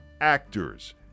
actors